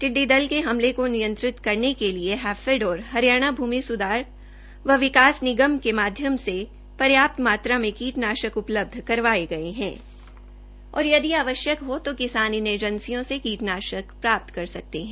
टिडडी दल के हमले को नियंत्रित करने के लिए हैफेड और हरियाणा भूमि सुधार व विकास निगम के माध्यम से पर्याप्त मात्रा में कीटनाशक उपलब्ध करवाये गये है और यदि आवश्यक हो तो किसान इन एजेंसियों से कीटनाशक प्राप्त कर सकते है